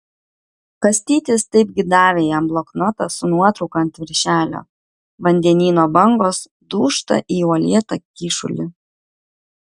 kastytis taipgi davė jam bloknotą su nuotrauka ant viršelio vandenyno bangos dūžta į uolėtą kyšulį